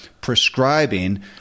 prescribing